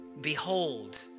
behold